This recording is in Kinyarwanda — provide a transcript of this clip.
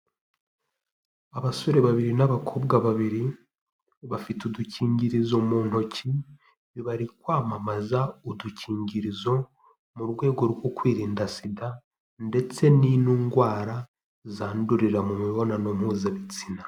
Abasore babiri n'abakobwa babiri, bafite udukingirizo mu ntoki, bari kwamamaza udukingirizo, mu rwego rwo kwirinda SIDA ndetse n'indwara zandurira mu mibonano mpuzabitsina.